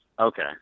Okay